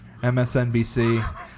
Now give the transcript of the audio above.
MSNBC